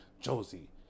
josie